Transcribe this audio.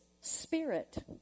spirit